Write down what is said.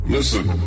Listen